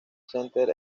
center